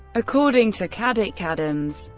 according to caddick-adams,